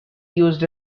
used